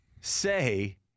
say